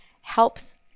helps